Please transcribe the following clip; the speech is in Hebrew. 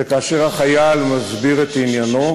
וכאשר החייל מסביר את עניינו,